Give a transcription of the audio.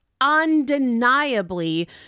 undeniably